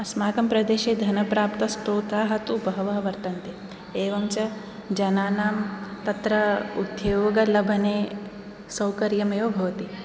अस्माकं प्रदेशे धनप्राप्तस्रोताः तु बहवः वर्तन्ते एवञ्च जनानां तत्र उद्योगलभने सौकर्यम् एव भवति